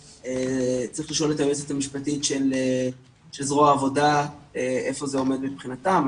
צריך לשאול את היועצת המשפטית של זרוע העבודה איפה זה עומד מבחינתם.